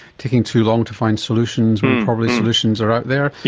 taking too long to find solutions when probably solutions are out there.